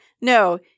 No